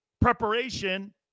preparation